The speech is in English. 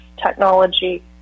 technology